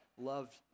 loved